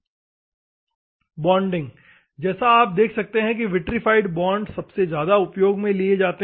Slide Time 3759 bonding जैसा आप देख सकते हैं विट्रीफाइड बॉन्ड सबसे ज्यादा उपयोग में लिए जाते हैं